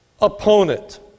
opponent